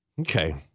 Okay